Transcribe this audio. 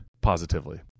positively